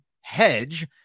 Hedge